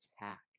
attack